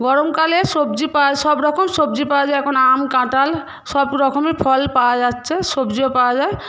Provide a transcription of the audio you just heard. গরমকালে সবজি পায় সব রকম সবজি পাওয়া যায় যেমন আম কাঁঠাল সবরকমের ফল পাওয়া যাচ্ছে সবজিও পাওয়া যায়